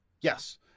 Yes